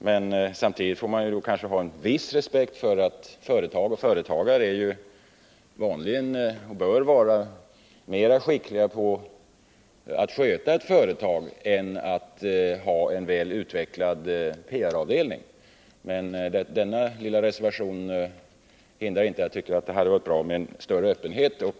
Men samtidigt får man kanske ha en viss respekt för att företagare vanligen är och bör vara mera skickliga att sköta ett företag än att ha en väl utvecklad PR-avdelning. Denna lilla reservation hindrar emellertid inte att jag tycker det hade varit bra med en större öppenhet.